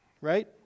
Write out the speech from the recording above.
right